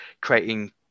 creating